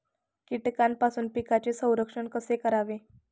कीटकांपासून पिकांचे संरक्षण कसे करावे?